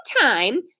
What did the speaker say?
time